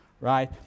right